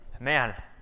man